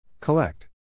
Collect